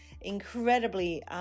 incredibly